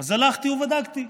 אז הלכתי ובדקתי,